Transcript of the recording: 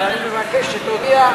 אבל אני מבקש שתודיע,